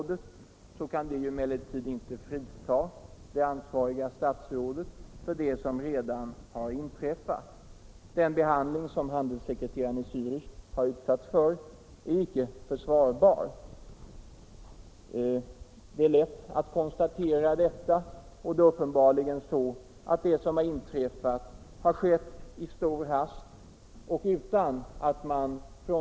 Däremot anser vi naturligtvis att det är beklagligt att saken över huvud taget har inträffat, men det kommer väl — som jag ser det — i första hand an på att vederbörande person har skapat denna situation genom sitt eget handlande där nere.